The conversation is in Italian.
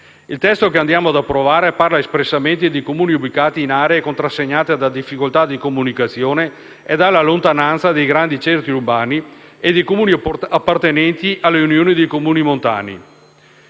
Il testo che andiamo ad approvare parla espressamente di Comuni ubicati in aree contrassegnate da difficoltà di comunicazione e dalla lontananza dai grandi centri urbani e di Comuni appartenenti alle Unioni di Comuni montani.